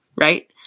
right